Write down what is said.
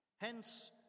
Hence